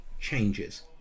changes